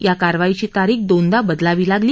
या कारवाईची तारीख दोनदा बदलावी लागली